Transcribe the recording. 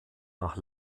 nach